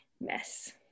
mess